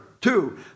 Two